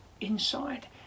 inside